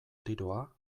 tiroa